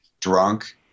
drunk